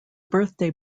birthday